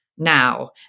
now